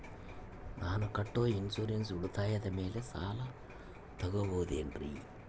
ನಾನು ಕಟ್ಟೊ ಇನ್ಸೂರೆನ್ಸ್ ಉಳಿತಾಯದ ಮೇಲೆ ಸಾಲ ತಗೋಬಹುದೇನ್ರಿ?